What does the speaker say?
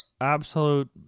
absolute